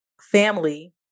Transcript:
family